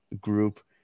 group